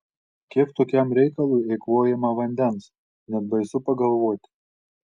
kiek tokiam reikalui eikvojama vandens net baisu pagalvoti